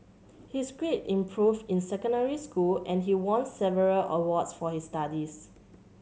his grades improved in secondary school and he won several awards for his studies